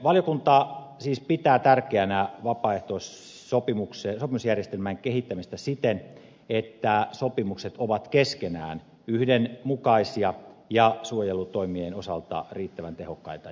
valiokunta siis pitää tärkeänä vapaaehtoissopimusjärjestelmän kehittämistä siten että sopimukset ovat keskenään yhdenmukaisia ja suojelutoimien osalta riittävän tehokkaita ja kattavia